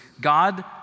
God